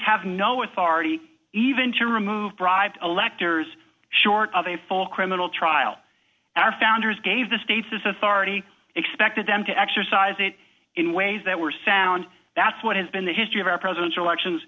have no authority even to remove bribe electors short of a full criminal trial our founders gave the states this authority expected them to exercise it in ways that were sound that's what has been the history of our presidential elections